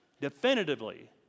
definitively